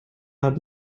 hat